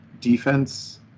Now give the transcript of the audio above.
defense